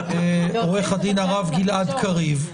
עורך הדין הרב גלעד קריב,